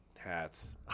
Hats